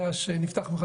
שקורים.